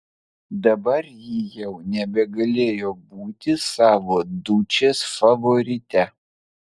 dabar ji jau nebegalėjo būti savo dučės favorite